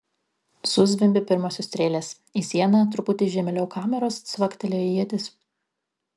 suzvimbė pirmosios strėlės į sieną truputį žemėliau kameros cvaktelėjo ietis